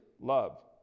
love